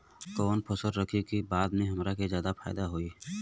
कवन फसल रखी कि बाद में हमरा के ज्यादा फायदा होयी?